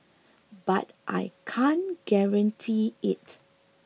but I can't guarantee it